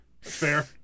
fair